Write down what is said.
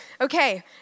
Okay